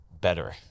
better